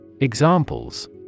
Examples